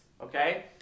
okay